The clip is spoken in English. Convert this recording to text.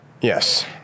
Yes